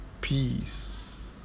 peace